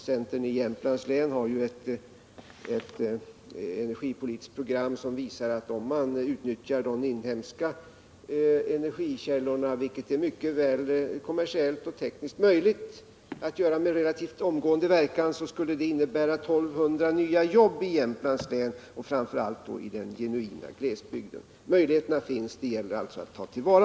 Centerpartiet i Jämtlands län har ju ett energipolitiskt program som visar att om man utnyttjar de inhemska energikällorna, vilket är såväl kommersiellt som tekniskt möjligt med en relativt omgående verkan, skulle detta innebära 1 200 nya jobb i Jämtlands län, framför allt då i den genuina glesbygden. Möjligheterna finns, och det gäller alltså att ta dem till vara.